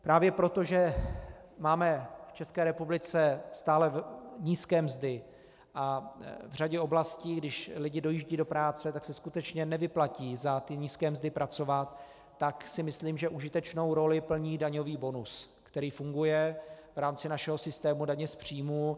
Právě proto, že máme v České republice stále nízké mzdy a v řadě oblastí, když lidé dojíždějí do práce, tak se skutečně nevyplatí za nízké mzdy pracovat, tak si myslím, že užitečnou roli plní daňový bonus, který funguje v rámci našeho systému daně z příjmu.